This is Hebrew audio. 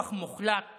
כוח מוחלט